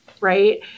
right